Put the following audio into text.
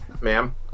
Ma'am